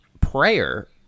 prayer